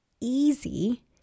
easy